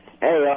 Hey